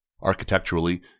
Architecturally